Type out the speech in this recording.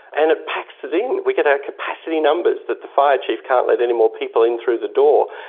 and it packs it in, we get capacity numbers, that the fire chief can't let any more people in through the door.